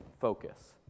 focus